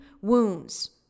wounds